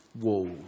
walls